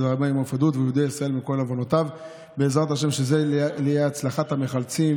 אצלנו, איתן, יש דבר כזה שנקרא מחב"ס.